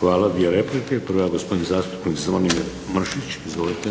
**Šeks, Vladimir (HDZ)** Hvala. Dvije replike. Prva je gospodin zastupnik Zvonimir Mršić. Izvolite.